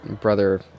brother